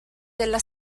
della